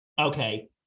Okay